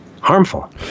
harmful